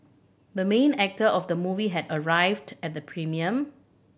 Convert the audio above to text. the main actor of the movie had arrived at the premiere